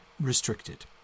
restricted